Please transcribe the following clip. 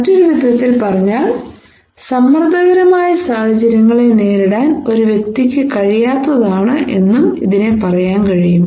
മറ്റൊരു വിധത്തിൽ പറഞ്ഞാൽ സമ്മർദ്ദകരമായ സാഹചര്യങ്ങളെ നേരിടാൻ ഒരു വ്യക്തിക്ക് കഴിയാത്തതാണ് എന്നും ഇതിനെ പറയാൻ കഴിയും